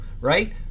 right